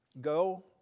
go